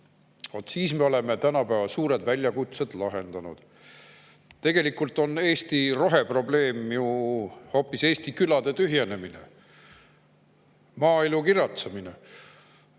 siis me oleme tänapäeva suured väljakutsed lahendanud. Tegelikult on Eesti roheprobleem ju hoopis Eesti külade tühjenemine, maaelu kiratsemine.